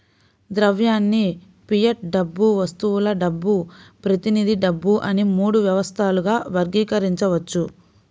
ద్రవ్యాన్ని ఫియట్ డబ్బు, వస్తువుల డబ్బు, ప్రతినిధి డబ్బు అని మూడు వ్యవస్థలుగా వర్గీకరించవచ్చు